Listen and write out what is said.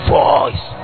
voice